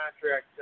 contract –